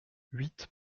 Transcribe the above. huit